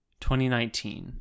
2019